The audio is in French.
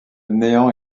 néant